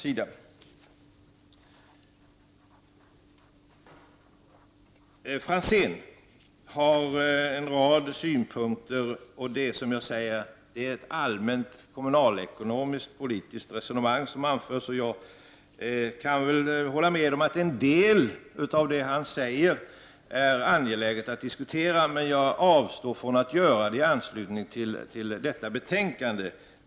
Ivar Franzén har en rad synpunkter. Han för ett allmänt kommunalekonomiskt-politiskt resonemang. Jag kan hålla med om att en del av det han säger är angeläget att diskutera, men jag avstår från att göra det i anslutning till detta betänkande.